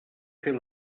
fer